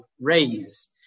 raise